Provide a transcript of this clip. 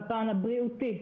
בפן הבריאותי,